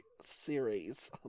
series